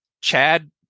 Chad